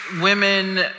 women